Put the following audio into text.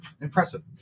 Impressive